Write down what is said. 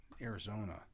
Arizona